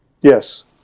Yes